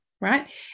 right